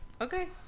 Okay